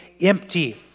empty